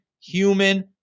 human